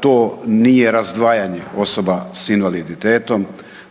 to nije razdvajanje osoba sa invaliditetom,